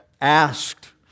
asked